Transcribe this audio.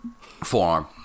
Forearm